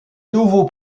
nouveaux